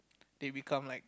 they become like